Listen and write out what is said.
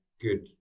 good